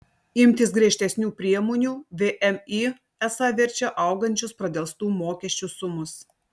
imtis griežtesnių priemonių vmi esą verčia augančios pradelstų mokesčių sumos